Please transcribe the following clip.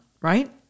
right